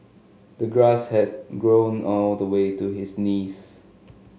the grass has grown all the way to his knees